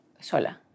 Sola